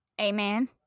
amen